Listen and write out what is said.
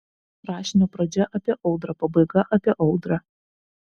rašinio pradžia apie audrą pabaiga apie audrą